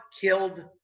killed